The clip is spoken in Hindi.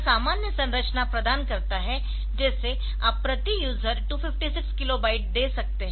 यह सामान्य संरचना प्रदान करता है जैसे आप प्रति यूजर 256 किलो बाइट दे सकते है